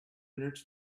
minutes